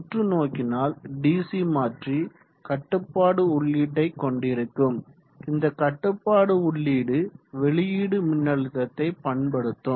உற்று நோக்கினால் டிசி மாற்றி கட்டுப்பாடு உள்ளீடை கொண்டிருக்கும் இந்த கட்டுப்பாடு உள்ளீடு வெளியீடு மின்னழுத்தத்தை பண்படுத்தும்